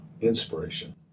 inspiration